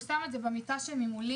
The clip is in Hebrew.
הוא שם את זה במיטה שממולי,